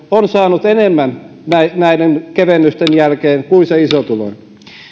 on suhteellisesti saanut enemmän näiden kevennysten jälkeen kuin isotuloinen